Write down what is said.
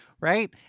Right